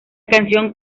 canción